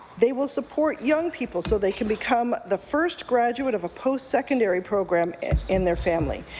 they will support young people so they can become the first graduate of a post secondary program in their family.